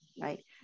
right